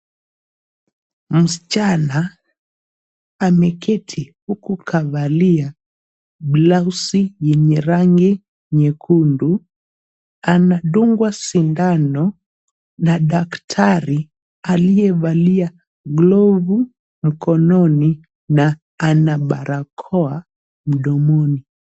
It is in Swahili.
Msichana ameketi huku kavalia blausi yenye rangi nyekundu. Anadungwa sindano na daktari aliyevalia glovu mkononi na ana barakoa mdomoni.